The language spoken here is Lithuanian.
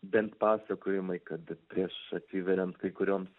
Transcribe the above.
bent pasakojimai kad prieš atsiveriant kai kurioms